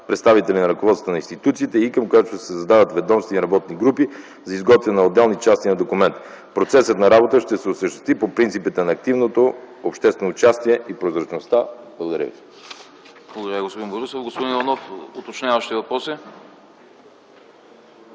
представители на ръководствата на институциите и към която се създават ведомствени работни групи за изготвяне на отделни части на документа. Процесът на работа ще се осъществи по принципите на активното обществено участие и прозрачността. Благодаря ви.